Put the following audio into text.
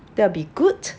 that would be good